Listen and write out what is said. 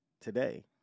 today